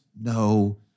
no